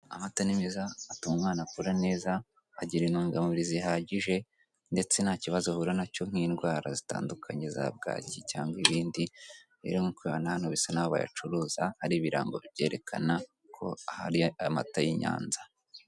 Amata ni meza atuma umwana akura neza agira intungamubiri zihagije, ndetse ntakibazo ahura nacyo nk'indwara zitandukanye za bwaki cyangwa ibindi. Rero nk'uko uri kureba hano bisa nk'aho bayacuruza ari ibirango byerekana ko hari amata y'inyanza